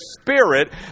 spirit